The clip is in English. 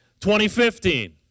2015